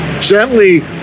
gently